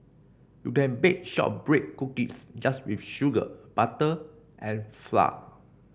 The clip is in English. you can bake shortbread cookies just with sugar butter and flour